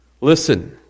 Listen